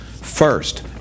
first